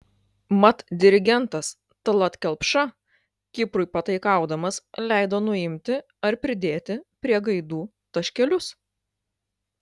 mat dirigentas tallat kelpša kiprui pataikaudamas leido nuimti ar pridėti prie gaidų taškelius